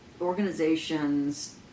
organizations